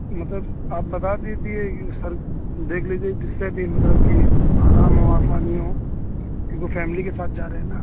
مطلب آپ بتا دیجیے کہ سر دیکھ لیجیے جس سے بھی مطلب کہ آرام ہو آسانی ہو کیونکہ فیملی کے ساتھ جا رہے ہیں نا